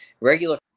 regular